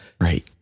Right